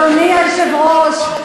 אדוני היושב-ראש,